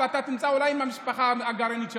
אתה תמצא אולי מהמשפחה הגרעינית שלך.